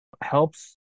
helps